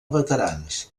veterans